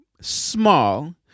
small